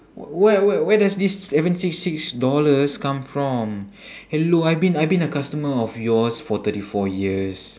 w~ where where where does this seven six six dollars come from hello I been I been a customer of yours for thirty four years